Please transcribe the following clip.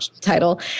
title